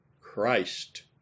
Christ